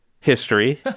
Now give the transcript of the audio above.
History